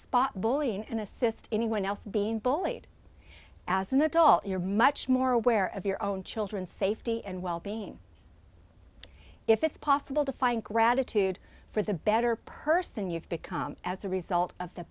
spot bullying and assist anyone else being bullied as an adult you're much more aware of your own children safety and well being if it's possible to find gratitude for the better person you've become as a result of the